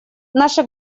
наша